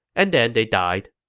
and then they died.